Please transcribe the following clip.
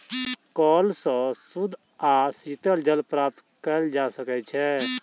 कअल सॅ शुद्ध आ शीतल जल प्राप्त कएल जा सकै छै